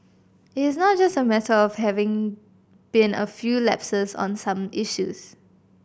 it is not just a matter of having been a few lapses on some issues